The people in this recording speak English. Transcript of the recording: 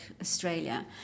Australia